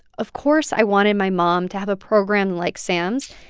of course i wanted my mom to have a program like sam's.